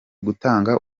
gutanga